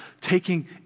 taking